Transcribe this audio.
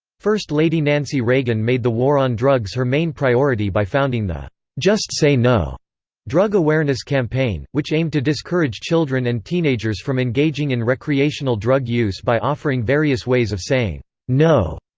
first lady nancy reagan made the war on drugs her main priority by founding the just say no drug awareness campaign, which aimed to discourage children and teenagers from engaging in recreational drug use by offering various ways of saying no.